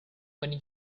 when